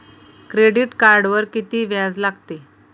Credit कार्डवर किती व्याज लागते?